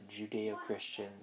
Judeo-Christian